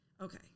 Okay